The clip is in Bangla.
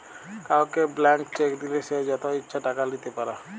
কাউকে ব্ল্যান্ক চেক দিলে সে যত ইচ্ছা টাকা লিতে পারে